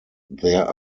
there